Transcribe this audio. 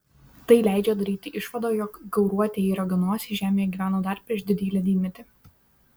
tai leidžia daryti išvadą jog gauruotieji raganosiai žemėje gyveno dar prieš didįjį ledynmetį